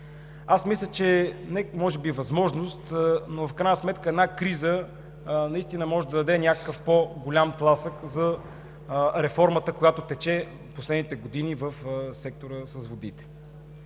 Аз мисля, че НЕК може би е възможност, но в крайна сметка една криза наистина може да даде някакъв по-голям тласък за реформата, която тече в последните години в сектора с водите.